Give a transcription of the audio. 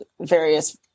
various